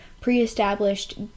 pre-established